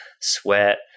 sweat